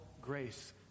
grace